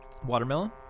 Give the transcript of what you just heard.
Watermelon